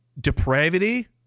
depravity